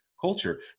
culture